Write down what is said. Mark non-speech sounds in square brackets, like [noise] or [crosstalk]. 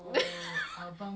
[laughs]